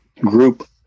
group